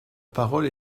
parole